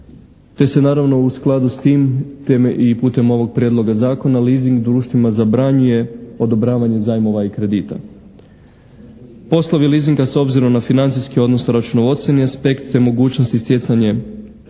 te se naravno u skladu s tim te i putem ovog prijedloga zakona leasing društvima zabranjuje odobravanje zajmova i kredita. Poslovi leasinga s obzirom na financijski odnos i računovodstveni aspekt te mogućnosti i stjecanje